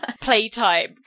playtime